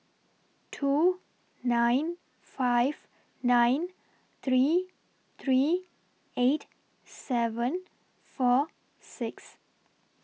two nine five nine three three eight seven four six